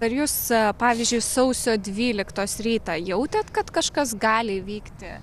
ar jūs pavyzdžiui sausio dvyliktos rytą jautėt kad kažkas gali įvykti